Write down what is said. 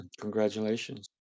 Congratulations